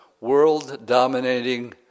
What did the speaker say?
world-dominating